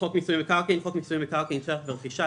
""חוק מיסוי מקרקעין" חוק מיסוי מקרקעין (שבח ורכישה),